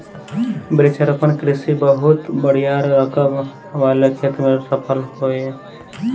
वृक्षारोपण कृषि बहुत बड़ियार रकबा वाले खेत में सफल होई